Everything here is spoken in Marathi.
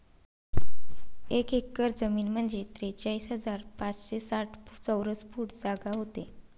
एक एकर जमीन म्हंजे त्रेचाळीस हजार पाचशे साठ चौरस फूट जागा व्हते